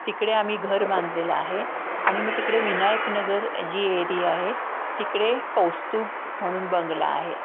तिकडे आम्ही घर बांधलेलं आहे आणि मग तिकडे विनायकनगर जी एरीया आहे तिकडे कौस्तुभ म्हणून बंगला आहे